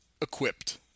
equipped